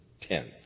tenth